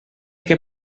què